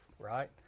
right